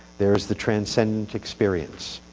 there is the transcend experience.